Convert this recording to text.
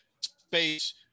space